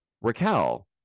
Raquel